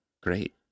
great